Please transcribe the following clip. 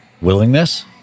willingness